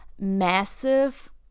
massive